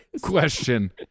Question